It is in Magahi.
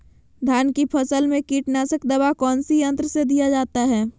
धान की फसल में कीटनाशक दवा कौन सी यंत्र से दिया जाता है?